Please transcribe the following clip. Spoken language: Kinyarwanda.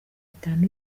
itanu